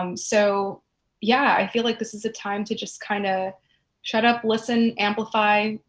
um so yeah, i feel like this is a time to just kind of shut up, listen, amplify,